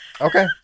Okay